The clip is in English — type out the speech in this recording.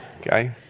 Okay